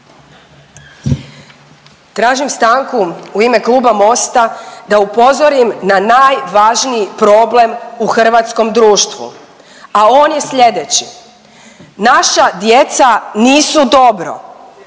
Tražim stanku u ime kluba MOST-a da upozorim na najvažniji problem u hrvatskom društvu, a on je sljedeći. Naša djeca nisu dobro.